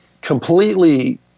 completely